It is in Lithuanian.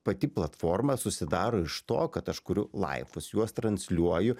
pati platforma susidaro iš to kad aš kuriu laivus juos transliuoju